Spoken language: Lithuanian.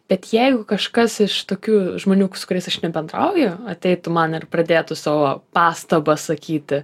bet jeigu kažkas iš tokių žmonių su kuriais aš nebendrauju ateitų man ir pradėtų savo pastabas sakyti